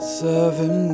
seven